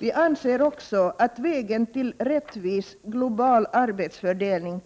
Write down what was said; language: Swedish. Vi anser också att vi kan finna vägen till rättvis global arbetsfördelning